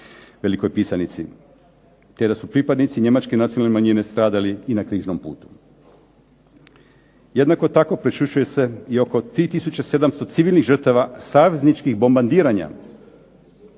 Velikoj Pisanici te da su pripadnici njemačke nacionalne manjine stradali na križnom putu. Jednako tako prešućuje se i oko 3700 civilnih žrtava savezničkih bombardiranja